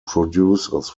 producers